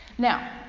Now